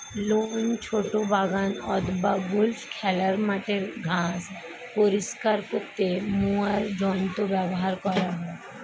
loan, ছোট বাগান অথবা গল্ফ খেলার মাঠের ঘাস পরিষ্কার করতে মোয়ার যন্ত্র ব্যবহার করা হয়